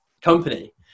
company